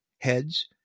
heads